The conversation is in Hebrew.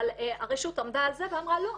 אבל הרשות עמדה על זה ואמרה "לא,